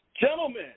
Gentlemen